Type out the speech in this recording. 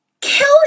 Kill